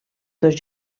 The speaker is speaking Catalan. dos